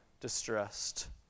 distressed